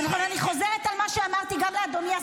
אבל אני חוזרת על מה שאמרתי גם לאדוני השר,